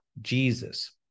Jesus